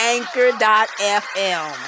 Anchor.fm